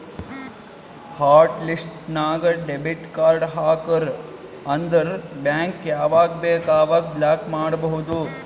hot list ನಾಗ್ debit card ಹಾಕುರ್ ಅಂದುರ್ ಬ್ಯಾಂಕ್ ಯಾವಾಗ ಬೇಕ್ ಅವಾಗ ಬ್ಲಾಕ್ ಮಾಡ್ಬೋದು